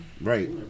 Right